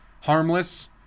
harmless